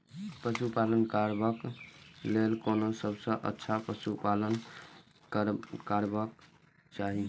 पशु पालन करबाक लेल कोन सबसँ अच्छा पशु पालन करबाक चाही?